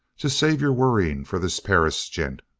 just save your worrying for this perris gent.